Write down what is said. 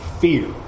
fear